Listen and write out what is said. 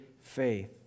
faith